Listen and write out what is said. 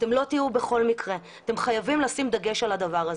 אתם לא תהיו בכל מקרה ואתם חייבים לשים דגש על הדבר הזה.